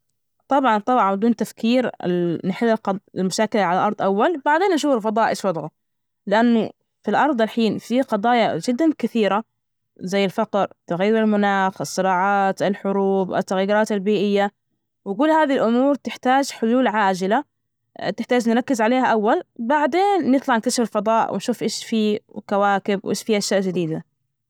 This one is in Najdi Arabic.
طبعا طبعا بدون تفكير، نحل القضايا والمشاكل ال على الأرض الأول، و بعدين نشوف الفضاء إيش وضعه، لأنه في الأرض الحين في قضايا جد ا كثيرة زي الفقر، تغير المناخ والصراعات، الحروب، التغيرات البيئية، وكل هذه الأمور تحتاج حلول عاجلة تحتاج نركز عليها أول، بعدين نطلع نكتشف الفضاء ونشوف إيش فيه، والكواكب، وإيش في أشياء جديدة.